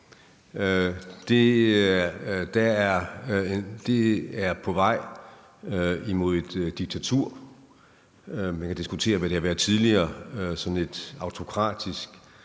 Det er på vej imod et diktatur. Man kan diskutere, hvad det har været tidligere – sådan et autokratisk